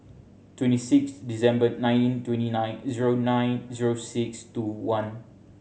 twenty six December nineteen twenty nine zero nine zero six two one